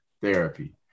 therapy